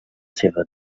seva